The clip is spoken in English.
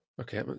Okay